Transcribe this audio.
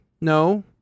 No